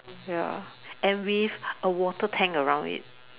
ya and with a water tank around it